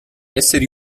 esseri